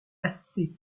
assez